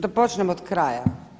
Da počnem od kraja.